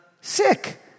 sick